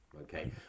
Okay